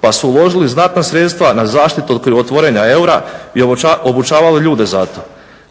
pa su uložili znatna sredstva na zaštitu od krivotvorenja eura i obučavali ljude za to,